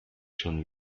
schon